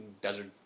desert